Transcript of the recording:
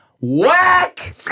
whack